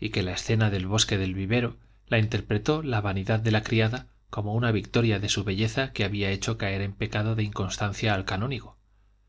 y que la escena del bosque del vivero la interpretó la vanidad de la criada como una victoria de su belleza que había hecho caer en pecado de inconstancia al canónigo